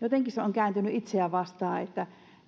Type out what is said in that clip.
jotenkin se on kääntynyt itseään vastaan